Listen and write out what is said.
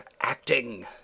acting